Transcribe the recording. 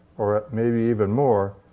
or maybe even more,